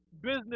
business